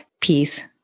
peace